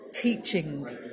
teaching